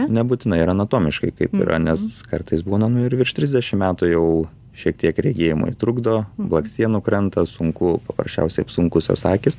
nebūtinai ir anatomiškai kaip yra nes kartais būna nu ir virš trisdešimt metų jau šiek tiek regėjimui trukdo blakstienų krenta sunku paprasčiausiai apsunkusios akys